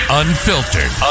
unfiltered